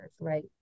right